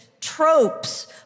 tropes